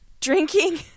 drinking